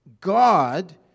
God